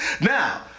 Now